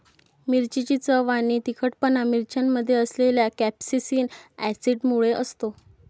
मिरचीची चव आणि तिखटपणा मिरच्यांमध्ये असलेल्या कॅप्सेसिन ऍसिडमुळे असतो